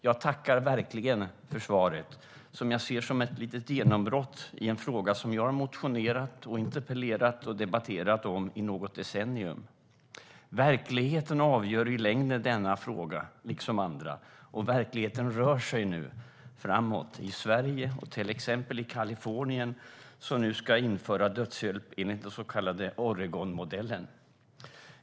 Jag tackar verkligen för svaret som jag ser som ett litet genombrott i en fråga som jag har motionerat, interpellerat och debatterat om i något decennium. Verkligheten avgör i längden denna fråga liksom andra, och verkligheten rör sig nu framåt i Sverige och i till exempel Kalifornien, som nu ska införa dödshjälp enligt den så kallade Oregonmodellen.